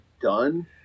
done